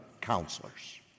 counselors